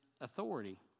authority